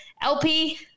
LP